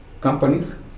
companies